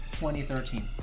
2013